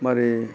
మరి